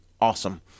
awesome